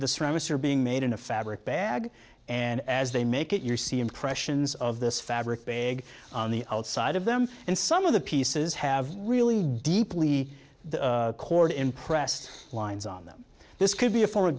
ceramics are being made in a fabric bag and as they make it you're see impressions of this fabric bag on the outside of them and some of the pieces have really deeply the chord impressed lines on them this could be a for